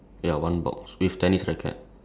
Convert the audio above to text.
okay mine there's only three socks